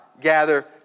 gather